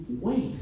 wait